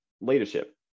leadership